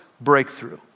breakthrough